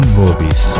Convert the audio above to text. movies